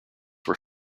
were